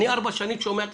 אני ארבע שנים שומע את